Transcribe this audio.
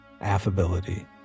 affability